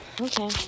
okay